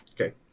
Okay